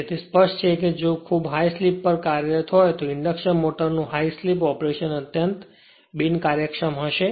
તેથી સ્પષ્ટ છે કે જો ખૂબ હાઇ સ્લિપ પર કાર્યરત હોય તો ઇન્ડક્શન મોટરનું હાઇ સ્લિપ ઓપરેશન અત્યંત બિનકાર્યક્ષમ હશે